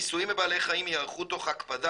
'ניסויים בבעלי חיים ייערכו תוך הקפדה